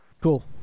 Cool